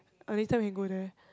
or later can go there